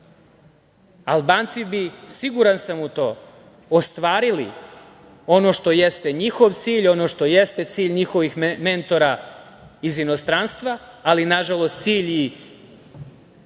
Albanci bi, siguran sam u to, ostvarili ono što jeste njihov cilj, ono što jeste cilj njihovih mentora iz inostranstva, ali nažalost cilj i